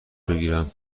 بگیرم